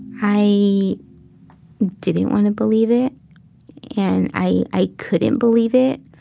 i didn't want to believe it and i i couldn't believe it.